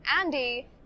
Andy